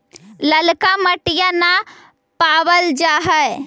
ललका मिटीया न पाबल जा है?